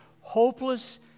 hopeless